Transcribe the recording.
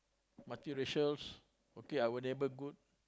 multiracial okay our neighbour good